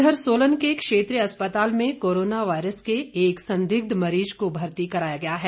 इधर सोलन के क्षेत्रीय अस्पताल में कोरोना वायरस के एक संदिग्ध मरीज को भर्ती कराया गया है